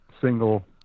single